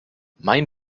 mein